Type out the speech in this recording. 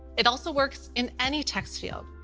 it also works in any text field,